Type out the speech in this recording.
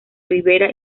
ribera